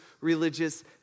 religious